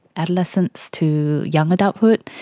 adolescents to young adulthood,